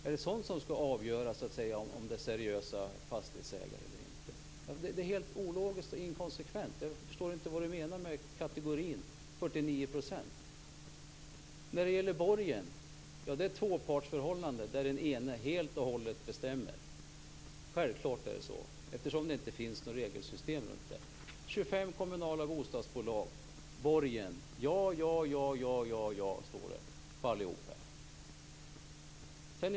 Är det sådant som skall avgöra om fastighetsägarna är seriösa eller inte? Det är helt ologiskt och inkonsekvent. Jag förstår inte vad Lena Larsson menar med "kategori". Ett borgensåtagande är ett tvåpartsförhållande där den ene helt och hållet bestämmer. Det är självfallet så, eftersom det inte finns något regelsystem. 25 kommunala bostadsbolag anger att de kan tänka sig att kräva borgen.